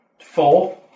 Four